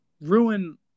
ruin